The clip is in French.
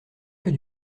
que